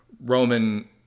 Roman